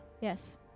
Yes